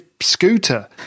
scooter